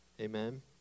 Amen